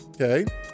okay